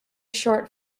short